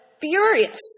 furious